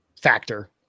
factor